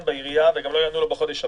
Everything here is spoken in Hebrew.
בעירייה וגם לא יענו לו בחודש הבא,